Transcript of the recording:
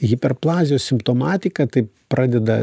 hiperplazijos simptomatika taip pradeda